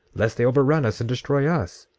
lest they overrun us and destroy us.